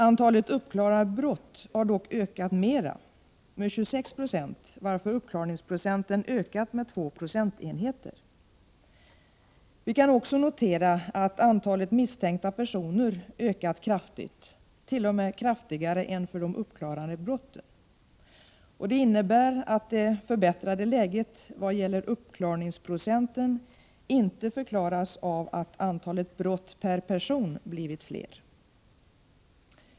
Antalet uppklarade brott har dock ökat mer, med 26 20, varför uppklarningsprocenten ökat med 2 procentenheter. Vi kan också notera att antalet misstänkta personer ökat kraftigt, t.o.m. kraftigare än för de uppklarade brotten. Det innebär att det förbättrade läget vad gäller uppklarningsprocenten inte förklaras av att antalet brott per person blivit fler.